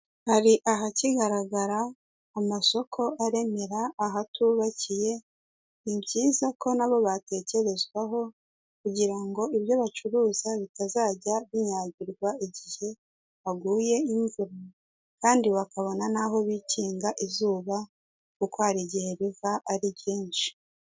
Hari ahakigaragara amasoko aremera ahatubakiye, ni byiza ko nabo batekerezwaho kugirango ibyo bacuruza bitazajya binyagirwa igihe haguye imvura kandi bakabona n'aho bikinga izuba kuko hari igihe riva ari ryinshi.